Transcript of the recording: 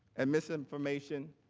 and disinformation.